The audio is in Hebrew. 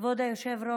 כבוד היושב-ראש,